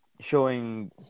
showing